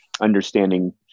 understanding